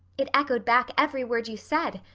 it echoed back every word you said,